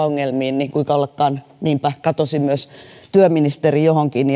ongelmiin niin kuinka ollakaan niinpä katosi myös työministeri johonkin